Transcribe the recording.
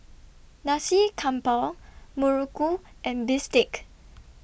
Nasi Campur Muruku and Bistake